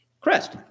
Crest